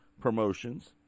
promotions